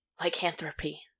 lycanthropy